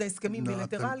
זה הסכמים בילטרליים.